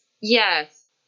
Yes